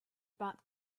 bought